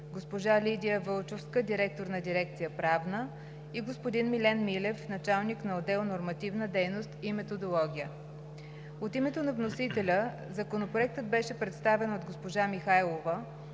госпожа Лидия Вълчовска – директор на дирекция „Правна“, и господин Милен Милев – началник на отдел „Нормативна дейност и методология“. От името на вносителя Законопроектът беше представен от госпожа Михайлова,